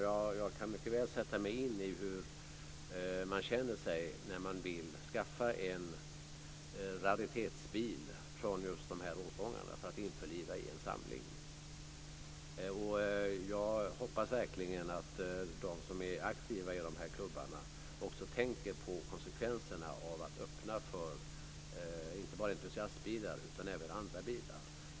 Jag kan mycket väl sätta mig in i hur man känner sig när man vill skaffa sig en raritetsbil från just de här årgångarna för att införliva i en samling. Jag hoppas verkligen att de som är aktiva i de här klubbarna också tänker på konsekvenserna om man skulle öppna inte bara för entusiastbilar utan även för andra bilar.